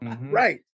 right